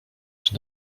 czy